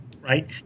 right